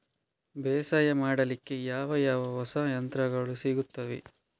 ಬೇಸಾಯ ಮಾಡಲಿಕ್ಕೆ ಯಾವ ಯಾವ ಹೊಸ ಯಂತ್ರಗಳು ಸಿಗುತ್ತವೆ?